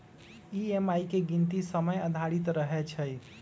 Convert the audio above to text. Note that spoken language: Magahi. ई.एम.आई के गीनती समय आधारित रहै छइ